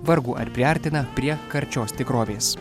vargu ar priartina prie karčios tikrovės